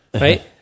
right